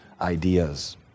ideas